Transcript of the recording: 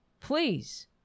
Please